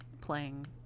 playing